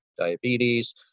diabetes